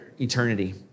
eternity